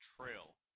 Trail